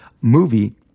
movie